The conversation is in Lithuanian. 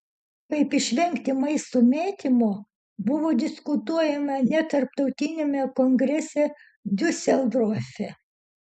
kaip išvengti maisto mėtymo buvo diskutuojama net tarptautiniame kongrese diuseldorfe